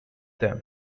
them